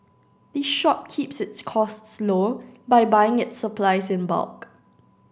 the shop keeps its costs low by buying its supplies in bulk